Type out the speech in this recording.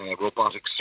Robotic